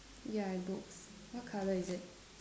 ya and books what colour is it